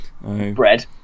bread